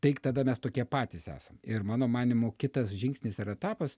tai tada mes tokie patys esam ir mano manymu kitas žingsnis ar etapas